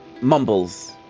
mumbles